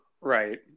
right